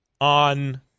on